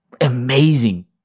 Amazing